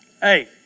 hey